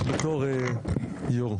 בתור יו"ר.